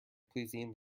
pleasing